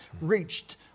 reached